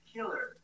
Killer